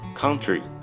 country